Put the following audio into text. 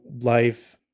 life